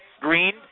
green